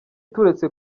turetse